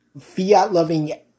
fiat-loving